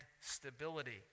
stability